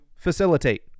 facilitate